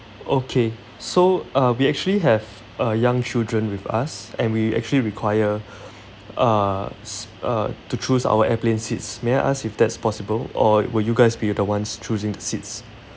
okay so uh we actually have uh young children with us and we actually require uh s~ uh to choose our airplane seats may I ask if that's possible or will you guys be the ones choosing the seats